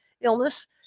illness